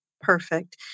Perfect